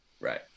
Right